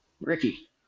ricky